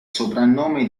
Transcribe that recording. soprannome